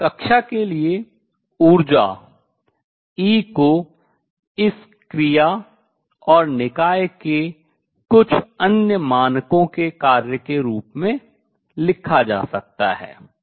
और इस कक्षा के लिए ऊर्जा E को इस क्रिया और निकाय के कुछ अन्य मानकों के फलन के रूप में लिखा जा सकता है